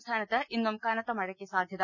സംസ്ഥാനത്ത് ഇന്നും കനത്തമഴയ്ക്ക് സാധ്യത